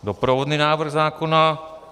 Doprovodný návrh zákona.